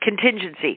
contingency